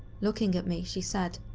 looking at me she said,